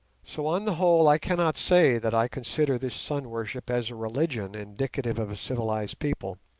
so on the whole i cannot say that i consider this sun-worship as a religion indicative of a civilized people,